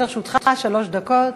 עומדות לרשותך שלוש דקות.